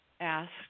asked